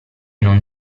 non